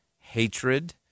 hatred